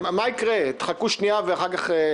מה יקרה, תחכו שנייה ואחר כך תדברו.